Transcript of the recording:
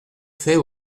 faits